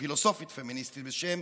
פילוסופית פמיניסטית בשם